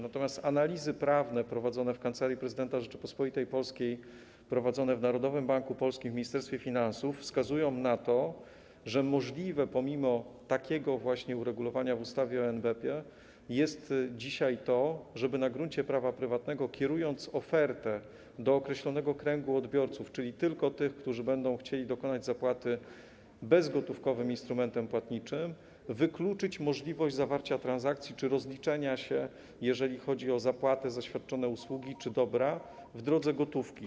Natomiast analizy prawne prowadzone w Kancelarii Prezydenta Rzeczypospolitej Polskiej, prowadzone w Narodowym Banku Polskim, w Ministerstwie Finansów wskazują na to, że możliwe pomimo takiego właśnie uregulowania w ustawie o NBP jest dzisiaj to, żeby na gruncie prawa prywatnego, kierując ofertę do określonego kręgu odbiorców, czyli tylko tych, którzy będą chcieli dokonać zapłaty bezgotówkowym instrumentem płatniczym, wykluczyć możliwość zawarcia transakcji czy rozliczenia się, jeżeli chodzi o zapłatę za świadczone usługi czy dobra w gotówce.